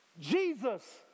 Jesus